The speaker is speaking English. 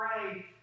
pray